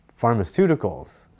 pharmaceuticals